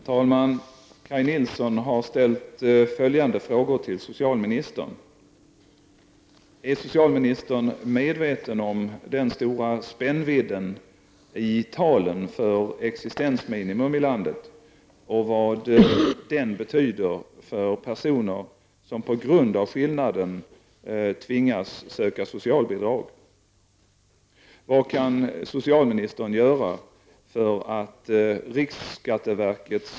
Herr talman! Kaj Nilsson har frågat socialministern: Är socialministern medveten om den stora spännvidden i talen för existensminimum i landet och vad den betyder för personer som på grund av skillnaden tvingas söka socialbidrag?